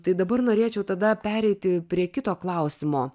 tai dabar norėčiau tada pereiti prie kito klausimo